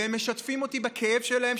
והם משתפים אותי בכאב שלהם,